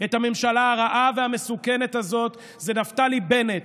את הממשלה הרעה והמסוכנת הזאת הם נפתלי בנט